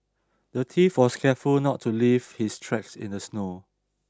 the thief was careful not to leave his tracks in the snow